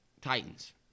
Titans